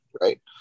right